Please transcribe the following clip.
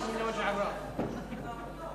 מימין ומשמאל כאחד.